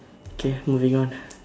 okay moving on